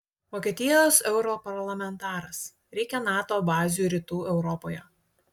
vokietijos europarlamentaras reikia nato bazių rytų europoje